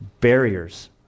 barriers